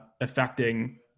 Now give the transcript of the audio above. affecting